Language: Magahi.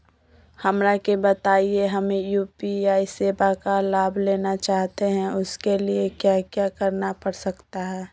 हमरा के बताइए हमें यू.पी.आई सेवा का लाभ लेना चाहते हैं उसके लिए क्या क्या करना पड़ सकता है?